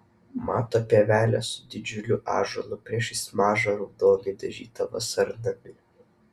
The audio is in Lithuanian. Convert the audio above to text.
mato pievelę su didžiuliu ąžuolu priešais mažą raudonai dažytą vasarnamį